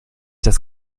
das